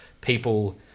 people